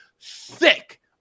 thick